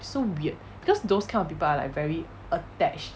so weird because those kind of people are like very attached